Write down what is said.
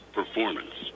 performance